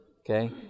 Okay